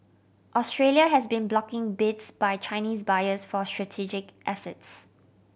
Australia has been blocking bids by Chinese buyers for strategic assets